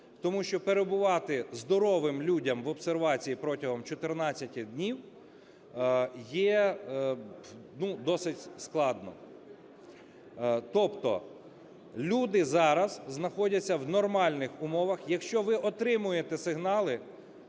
Тому що перебувати здоровим людям в обсервації протягом 14 днів є, ну, досить складно. Тобто люди зараз знаходяться в нормальних умовах. Якщо ви отримуєте сигнали,